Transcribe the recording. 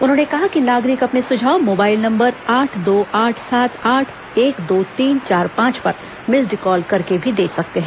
उन्होंने कहा कि नागरिक अपने सुझाव मोबाइल नम्बर आठ दो आठ सात आठ एक दो तीन चार पांच पर मिस्ड कॉल करके भी दे सकते हैं